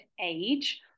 age